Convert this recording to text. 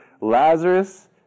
Lazarus